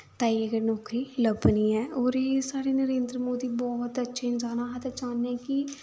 ताइयें गै नौकरी लब्भनी ऐ होर एह् साढ़े नरेंद्र मोदी बोह्त अच्छे न इंसान न अस ते चाह्न्ने कि